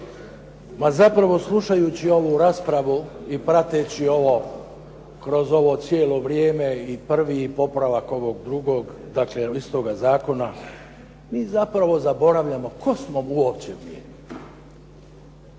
Ma zapravo slušajući ovu raspravu i prateći ovo kroz ovo cijelo vrijeme i prvi i popravak ovog drugog, dakle istoga zakona, mi zapravo zaboravljamo tko smo uopće mi.